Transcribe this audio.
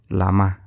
lama